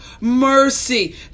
mercy